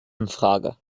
infrage